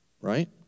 right